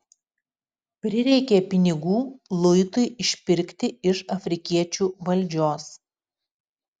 prireikė pinigų luitui išpirkti iš afrikiečių valdžios